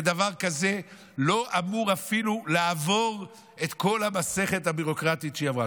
ודבר כזה לא אמור אפילו לעבור את כל המסכת הביורוקרטית שהיא עברה.